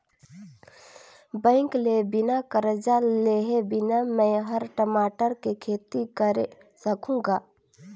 bank ले बिना करजा लेहे बिना में हर टमाटर के खेती करे सकहुँ गा